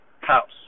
house